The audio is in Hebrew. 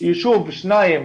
ישוב או שני ישובים,